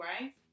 Right